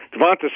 Devonta